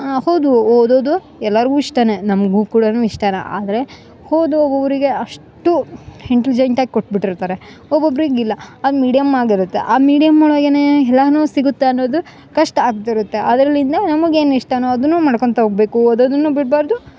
ಹೌದು ಓದೋದು ಎಲ್ಲಾರಿಗು ಇಷ್ಟನೆ ನಮ್ಗ ಕೂಡಾನ ಇಷ್ಟರ ಆದರೆ ಹೋದು ಒಬ್ರೊಬ್ಬರಿಗೆ ಅಷ್ಟು ಇಂಟಲಿಜೆಂಟಾಗಿ ಕೊಟ್ಬಿಟ್ಟಿರ್ತಾರೆ ಒಬ್ಬೊಬ್ರಿಗೆ ಇಲ್ಲ ಅದು ಮೀಡಿಯಮ್ ಆಗಿರತ್ತೆ ಆ ಮೀಡಿಯಮ್ ಒಳಗೇನೇ ಎಲ್ಲಾನು ಸಿಗುತ್ತೆ ಅನ್ನೋದು ಕಷ್ಟ ಆಗ್ತಿರುತ್ತೆ ಅದ್ರಲ್ಲಿಂದ ನಮಗ ಏನು ಇಷ್ಟಾನೋ ಅದುನ್ನು ಮಾಡ್ಕೊಳ್ತಾ ಹೋಬೇಕು ಓದೋದುನ್ನು ಬಿಡ್ಬಾರದು